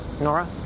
Nora